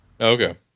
Okay